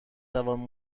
توانید